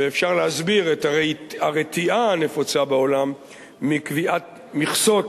ואפשר להסביר את הרתיעה הנפוצה בעולם מקביעת מכסות